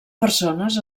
persones